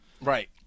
Right